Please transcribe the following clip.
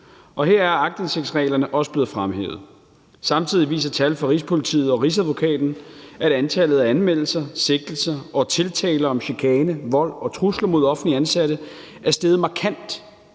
og her er aktindsigtsreglerne også blevet fremhævet. Samtidig viser tal fra Rigspolitiet og Rigsadvokaten, at antallet af anmeldelser, sigtelser og tiltaler for chikane, vold og trusler mod offentligt ansatte er steget markant